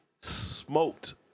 smoked